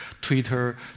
Twitter